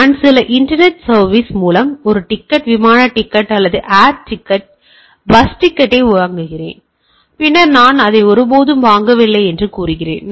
நான் சில internet service மூலம் ஒரு டிக்கெட் விமான டிக்கெட் அல்லது ஏர் டிக்கெட் அல்லது பஸ் டிக்கெட்டை வாங்குகிறேன் பின்னர் நான் அதை ஒருபோதும் வாங்கவில்லை என்று கூறுகிறேன்